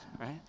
right